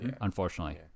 unfortunately